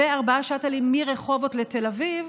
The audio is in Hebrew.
ארבעה שאטלים מרחובות לתל אביב,